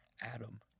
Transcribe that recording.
Adam